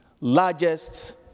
largest